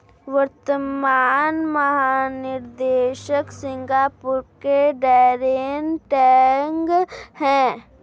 वर्तमान महानिदेशक सिंगापुर के डैरेन टैंग हैं